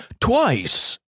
Twice